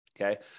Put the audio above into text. okay